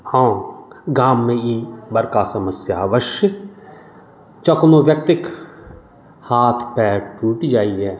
हँ गाममे ई बड़का समस्या अवश्य जँ कोनो व्यक्तिक हाथ पैर टूटि जाइए